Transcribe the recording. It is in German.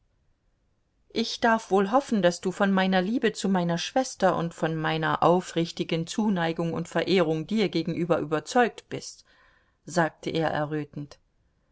ich darf wohl hoffen daß du von meiner liebe zu meiner schwester und von meiner aufrichtigen zuneigung und verehrung dir gegenüber überzeugt bist sagte er